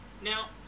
now